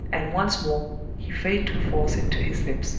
and once more he failed to force it to his lips.